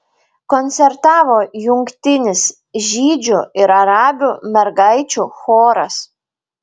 koncertavo jungtinis žydžių ir arabių mergaičių choras